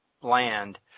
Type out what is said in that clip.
land